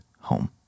home